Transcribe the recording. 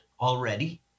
already